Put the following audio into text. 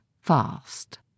fast